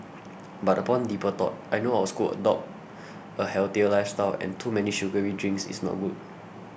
but upon deeper thought I know our school adopts a healthier lifestyle and too many sugary drinks is not good